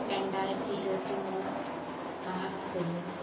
രണ്ടായിരത്തി ഇരുപത്തി മൂന്ന് ആഗസ്റ്റൊന്ന്